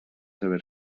saber